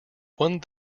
one